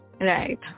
Right